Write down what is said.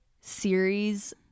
series